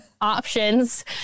options